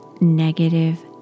negative